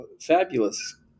fabulous